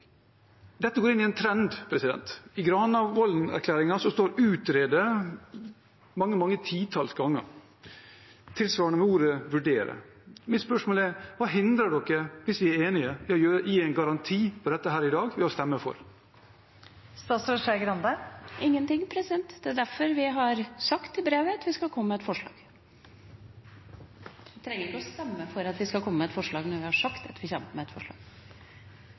Dette går inn i en trend. I Granavolden-erklæringen står «utrede» mange titalls ganger, og tilsvarende med ordet «vurdere». Mitt spørsmål er: Hva hindrer regjeringen, hvis vi er enige, i å gi en garanti for dette her i dag ved å stemme for? Ingenting. Det er derfor vi har sagt i brevet at vi skal komme med et forslag. Vi trenger ikke å stemme for at vi skal komme med et forslag når vi har sagt at vi kommer med et forslag.